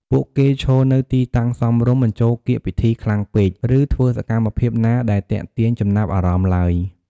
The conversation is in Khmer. ពួកគេឈរនៅទីតាំងសមរម្យ មិនចូលកៀកពិធីខ្លាំងពេក ឬធ្វើសកម្មភាពណាដែលទាក់ទាញចំណាប់អារម្មណ៍ទ្បើយ។